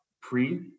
PRE